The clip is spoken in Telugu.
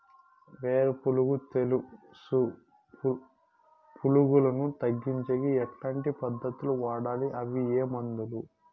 వేరు పులుగు తెలుసు పులుగులను తగ్గించేకి ఎట్లాంటి పద్ధతులు వాడాలి? అవి ఏ మందులు?